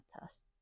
tests